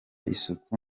isuku